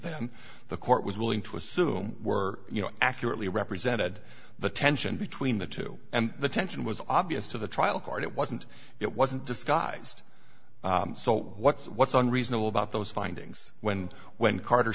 that the court was willing to assume were you know accurately represented the tension between the two and the tension was obvious to the trial court it wasn't it wasn't disguised so what's what's unreasonable about those findings when when carter